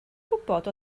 gwybod